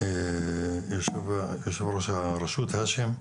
יושב ראש הרשות האשם.